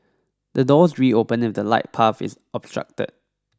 the doors reopen if the light path is obstructed